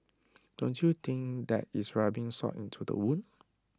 don't you think that is rubbing salt into the wound